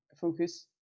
focus